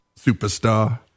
Superstar